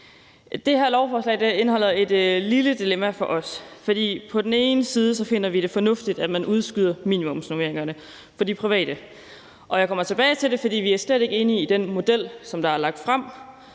Det her lovforslag indeholder et lille dilemma for os, for på den ene side finder vi det fornuftigt, at man udskyder minimumsnormeringerne for de private – jeg kommer tilbage til det, for vi er slet ikke enige i den model, der er lagt frem